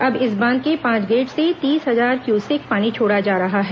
अब इस बांध के पांच गेट से तीस हजार क्यूसेक पानी छोड़ा जा रहा है